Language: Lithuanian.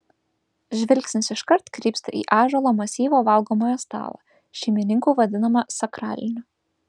žvilgsnis iškart krypsta į ąžuolo masyvo valgomojo stalą šeimininkų vadinamą sakraliniu